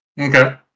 Okay